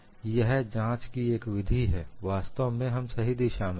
तो यह जाँच की एक विधि है वास्तव में हम सही दिशा में हैं